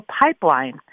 pipeline